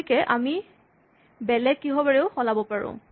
গতিকে এইটো আমি বেলেগ কিহবাৰে সলাব পাৰোঁ